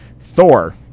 thor